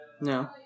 No